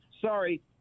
sorry